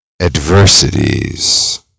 adversities